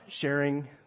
sharing